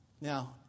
Now